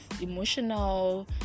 emotional